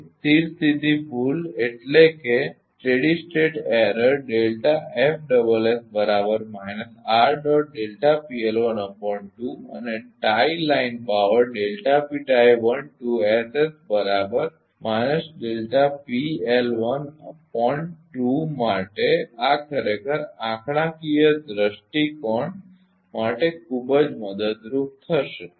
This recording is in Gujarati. તે સ્થિર સ્થિતી ભૂલ અને ટાઇ લાઇન પાવર માટે આ ખરેખર આ આંકડાકીય દૃષ્ટિકોણ માટે ખૂબ જ મદદરૂપ થશે